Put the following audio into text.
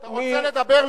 אתה רוצה לדבר,